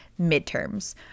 midterms